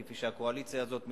כפי שהקואליציה הזאת מתנהלת.